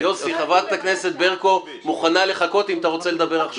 חברת הכנסת ברקו מוכנה לחכות אם אתה רוצה לדבר עכשיו.